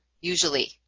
usually